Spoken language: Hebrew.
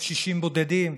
לקשישים בודדים?